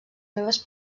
meves